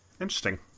Interesting